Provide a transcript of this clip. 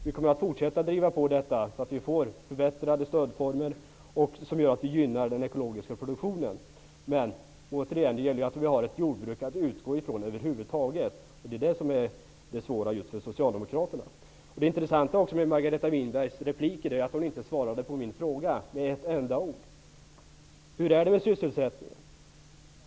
Vi kommer att fortsätta att driva på detta så att vi får förbättrade stödformer som gör att vi gynnar den ekologiska produktionen. Men det gäller återigen att vi har ett jordbruk att utgå ifrån över huvud taget. Detta är det svåra för Det intressanta med Margareta Winbergs repliker är att hon inte svarade på min fråga med ett enda ord. Hur är det med sysselsättningen?